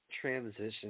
transition